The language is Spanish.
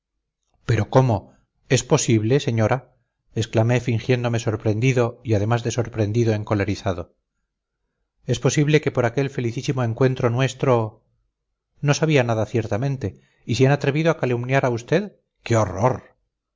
pero cómo es posible señora exclamé fingiéndome sorprendido y además de sorprendido encolerizado es posible que por aquel felicísimo encuentro nuestro no sabía nada ciertamente y se han atrevido a calumniar a usted qué horror